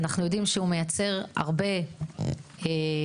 אנחנו יודעים שהוא מייצר הרבה פסולת,